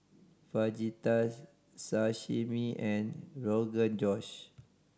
Fajitas Sashimi and Rogan Josh